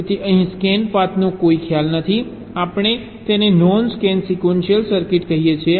તેથી અહીં સ્કેન પાથનો કોઈ ખ્યાલ નથી આપણે તેને નોન સ્કેન સિક્વન્શિયલ સર્કિટ કહીએ છીએ